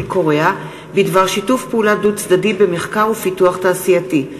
קוריאה בדבר שיתוף פעולה דו-צדדי במחקר ופיתוח תעשייתי,